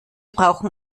brauchen